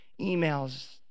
emails